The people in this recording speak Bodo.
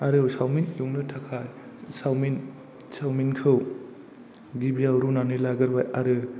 आरो चावमिन एवनो थाखाय सावमिन खौ गिबिआव रुनानै लाग्रोबाय आरो